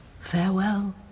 Farewell